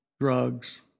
drugs